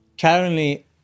Currently